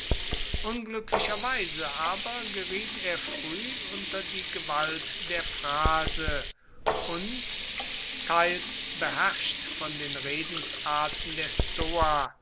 unglücklicherweise aber geriet er früh unter die gewalt der phrase und teils beherrscht von den redensarten der stoa